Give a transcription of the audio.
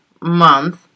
month